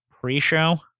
pre-show